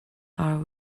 our